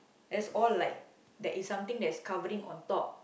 that's all like that is something that's covering on top